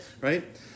right